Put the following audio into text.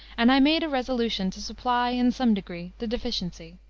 and i made a resolution to supply, in some degree, the deficiency.